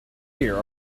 here